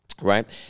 right